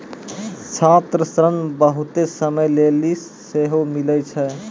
छात्र ऋण बहुते समय लेली सेहो मिलै छै